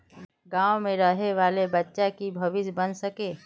गाँव में रहे वाले बच्चा की भविष्य बन सके?